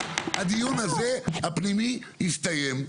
הדיון הפנימי הזה הסתיים,